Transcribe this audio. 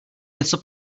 něco